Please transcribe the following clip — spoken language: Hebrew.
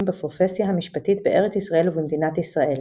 בפרופסיה המשפטית בארץ ישראל ובמדינת ישראל,